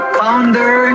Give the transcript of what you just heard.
founder